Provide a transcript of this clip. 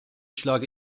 schlage